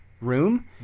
room